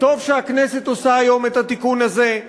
וטוב שהכנסת עושה היום את התיקון הזה.